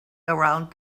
around